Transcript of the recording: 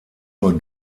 nur